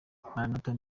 maranatha